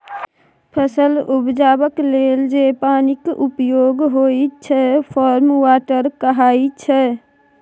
फसल उपजेबाक लेल जे पानिक प्रयोग होइ छै फार्म वाटर कहाइ छै